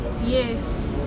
Yes